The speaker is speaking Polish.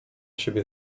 siebie